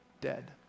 dead